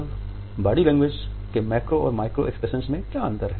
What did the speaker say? अब body language के macro और माइक्रो एक्सप्रेशन में क्या अंतर है